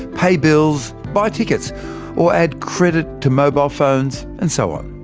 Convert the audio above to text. pay bills, buy tickets or add credit to mobile phones, and so on.